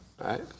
right